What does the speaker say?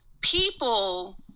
people